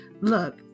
look